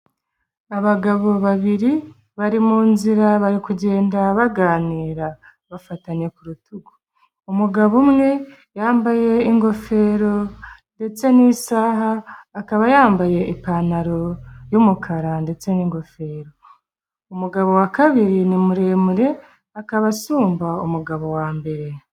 Abagabo babiri bari munzira bari kugenda baganira bafatanye ku rutugu, umugabo umwe yambaye ingofero ndetse n'isaha akaba yambaye ipantaro yumukara ndetse n'ingofero, umugabo wa kabiri ni muremure akaba asumba umugabo wa mbere.